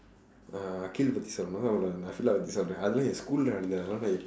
akhil பத்தி சொன்னவுடன்:paththi sonnavudan பத்தி சொல்லுறேன்:paththi sollureen